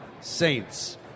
Saints